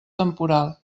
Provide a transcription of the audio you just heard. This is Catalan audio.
temporal